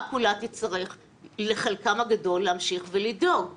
כולה תצטרך להמשיך ולדאוג לחלקם הגדול.